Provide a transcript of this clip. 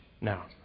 now